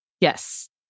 yes